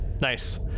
Nice